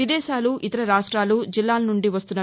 విదేశాలు ఇతర రాష్టాలు జిల్లాల నుండి వస్తున్న